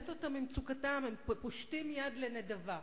שנחלץ אותם ממצוקתם, הם פושטים יד לנדבה.